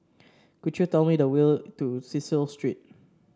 could you tell me the way to Cecil Street